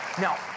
Now